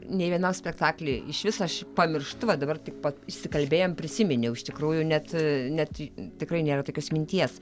nė vienos spektaklį išvis aš pamirštu va dabar tik pa išsikalbėjom prisiminiau iš tikrųjų net ee net tikrai nėra tokios minties